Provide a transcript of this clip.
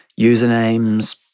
usernames